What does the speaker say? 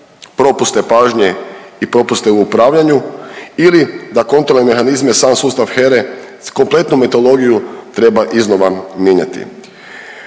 propuste pažnje i propuste u upravljanju ili da kontrolni mehanizmi i sam sustav HERA-e kompletnu metodologiju treba iznova mijenjati.